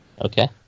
Okay